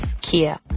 Kia